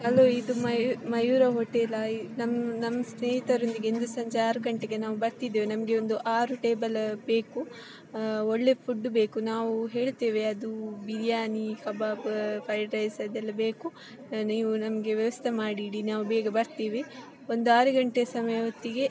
hello ಇದು ಮಯೂ ಮಯೂರ ಹೋಟೆಲಾ ಈ ನಮ್ಮ ನಮ್ಮ ಸ್ನೇಹಿತರೊಂದಿಗೆ ಇಂದು ಸಂಜೆ ಆರು ಗಂಟೆಗೆ ನಾವು ಬರ್ತಿದ್ದೇವೆ ನಮಗೆ ಒಂದು ಆರು ಟೇಬಲ್ಲ ಬೇಕು ಒಳ್ಳೆ ಫುಡ್ ಬೇಕು ನಾವು ಹೇಳ್ತೇವೆ ಅದು ಬಿರಿಯಾನಿ ಕಬಾಬ ಫ್ರೈಡ್ ರೈಸ್ ಅದೆಲ್ಲ ಬೇಕು ನೀವು ನಮಗೆ ವ್ಯವಸ್ಥೆ ಮಾಡಿಡಿ ನಾವು ಬೇಗ ಬರ್ತೀವಿ ಒಂದು ಆರು ಗಂಟೆ ಸಮಯ ಹೊತ್ತಿಗೆ